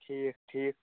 ٹھیٖک ٹھیٖک